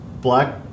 black